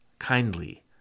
kindly